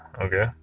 okay